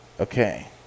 Okay